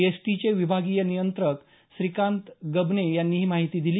एसटीचे विभागीय नियंत्रक श्रीकांत गबने यांनी ही माहिती दिली